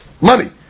money